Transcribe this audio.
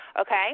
Okay